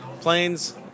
planes